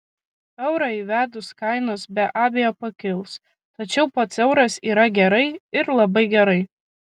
eurą įvedus kainos be abejo pakils tačiau pats euras yra gerai ir labai gerai